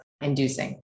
inducing